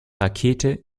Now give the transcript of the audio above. rakete